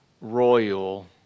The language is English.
royal